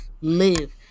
Live